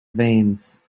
veins